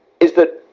is that,